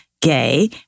gay